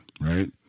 right